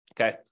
okay